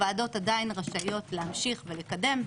הוועדות עדיין רשאיות להמשיך ולקדם,